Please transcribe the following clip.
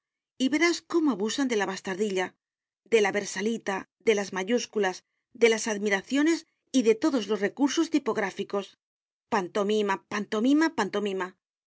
y verás cómo abusan de la bastardilla de la versalita de las mayúsculas de las admiraciones y de todos los recursos tipográficos pantomima pantomima pantomima